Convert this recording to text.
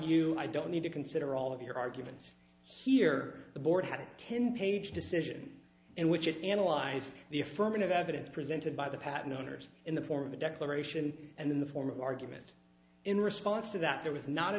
you i don't need to consider all of your arguments here the board had a ten page decision in which it analyzed the affirmative evidence presented by the patent owners in the form of a declaration and in the form of argument in response to that there was not a